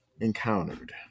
encountered